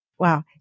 Wow